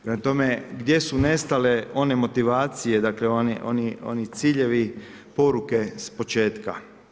Prema tome gdje su nestale one motivacije, oni ciljevi, poruke s početka?